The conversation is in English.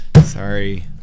Sorry